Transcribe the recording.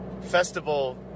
festival